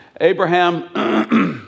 Abraham